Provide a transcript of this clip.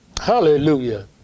Hallelujah